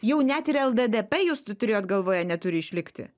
jau net ir lddp jūs turėjot galvoje neturi išlikti